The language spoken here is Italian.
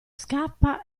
scappa